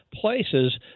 places